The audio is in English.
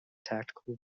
tactical